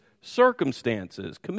circumstances